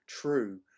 true